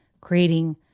creating